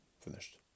Finished